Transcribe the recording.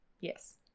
yes